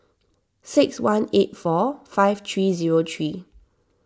six one eight four five three zero three